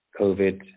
COVID